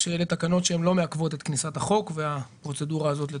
או תקנות שלא מעכבות את כניסת החוק והפרוצדורה הזאת לתוקף.